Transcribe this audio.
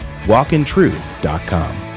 walkintruth.com